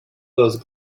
those